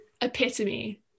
epitome